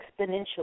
exponentially